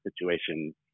situation